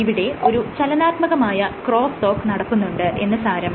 ഇവിടെ ഒരു ചലനാത്മകമായ ക്രോസ്സ് ടോക്ക് നടക്കുന്നുണ്ട് എന്ന് സാരം